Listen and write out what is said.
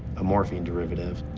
a morphine derivative.